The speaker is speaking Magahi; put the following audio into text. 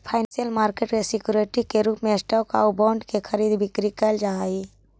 फाइनेंसियल मार्केट में सिक्योरिटी के रूप में स्टॉक आउ बॉन्ड के खरीद बिक्री कैल जा हइ